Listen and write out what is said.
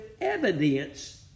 evidence